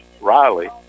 Riley